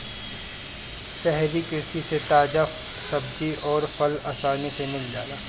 शहरी कृषि से ताजा सब्जी अउर फल आसानी से मिल जाला